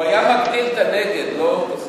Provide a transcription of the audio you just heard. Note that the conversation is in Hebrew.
הוא היה מגדיל את הנגד, לא את,